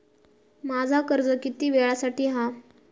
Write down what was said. माझा कर्ज किती वेळासाठी हा?